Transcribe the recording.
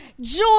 joy